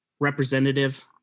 representative